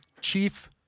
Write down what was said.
chief